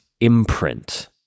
imprint